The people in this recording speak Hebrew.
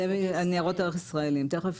זה ניירות ערך ישראליים, תיכף